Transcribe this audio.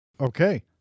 Okay